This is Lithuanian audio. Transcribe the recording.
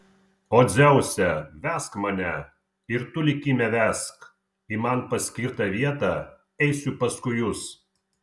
o dzeuse vesk mane ir tu likime vesk į man paskirtą vietą eisiu paskui jus